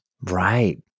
right